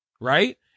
right